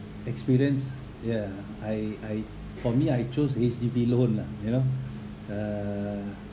experience ya I I for me I choose H_D_B loan lah you know uh